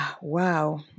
Wow